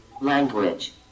Language